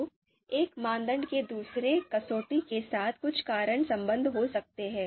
तो एक मानदंड के दूसरे कसौटी के साथ कुछ कारण संबंध हो सकते हैं